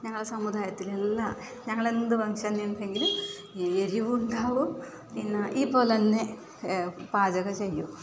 ഞങ്ങളുടെ സമുദായത്തിലെല്ലാം ഞങ്ങളെന്ത് ഫങ്ക്ഷന് ഉണ്ടെങ്കിലും എരിവുണ്ടാവും പിന്നെ ഈ പോലെ തന്നെ പാചകം ചെയ്യും